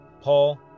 Paul